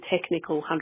technical